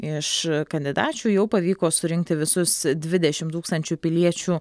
iš kandidačių jau pavyko surinkti visus dvidešimt tūkstančių piliečių